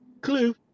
clue